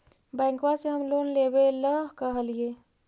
बैंकवा से हम लोन लेवेल कहलिऐ?